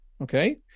okay